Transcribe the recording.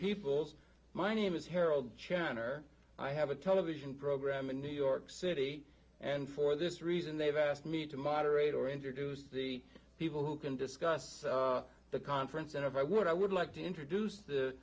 peoples my name is harold chan or i have a television program in new york city and for this reason they have asked me to moderate or introduce the people who can discuss the conference and if i would i would like to introduce the